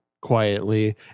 quietly